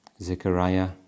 Zechariah